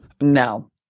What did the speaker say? no